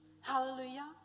Hallelujah